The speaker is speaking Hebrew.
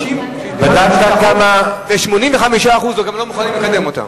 60%. ו-85% גם לא מוכנים לקדם אותם.